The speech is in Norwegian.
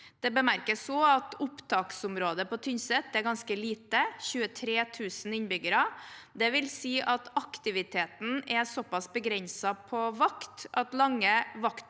Det bemerkes også at opptaksområdet på Tynset er ganske lite, 23 000 innbyggere. Det vil si at aktiviteten er såpass begrenset på vakt at lange vaktperioder